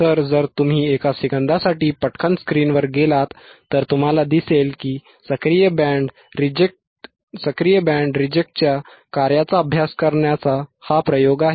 तर जर तुम्ही एका सेकंदासाठी पटकन स्क्रीनवर गेलात तर तुम्हाला दिसेल की सक्रिय बँड रिजेक्टच्या कार्याचा अभ्यास करण्याचा हा प्रयोग आहे